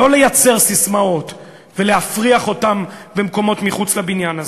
לא לייצר ססמאות ולהפריח אותן במקומות מחוץ לבניין הזה,